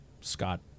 Scott